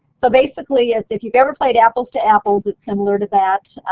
so basically yeah if you've ever played apples to apples it's similar to that,